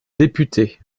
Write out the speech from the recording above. député